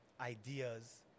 ideas